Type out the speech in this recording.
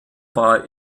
war